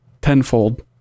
tenfold